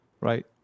right